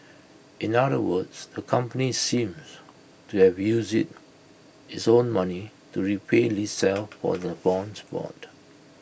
in other words the company seems to have used IT its own money to repay itself for the bonds bought